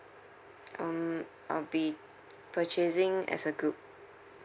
um I'll be purchasing as a group